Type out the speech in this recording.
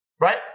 right